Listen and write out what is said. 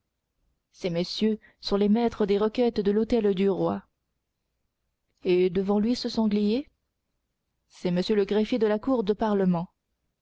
sont messieurs les maîtres des requêtes de l'hôtel du roi et devant lui ce sanglier c'est monsieur le greffier de la cour de parlement